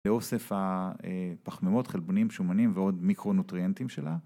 לאוסף הפחמימות, חלבונים, שומנים ועוד מיקרונוטריאנטים שלה.